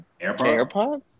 AirPods